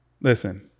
listen